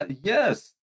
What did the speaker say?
yes